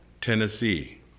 Tennessee